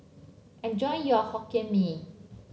enjoy your Hokkien Mee